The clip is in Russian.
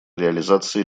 реализации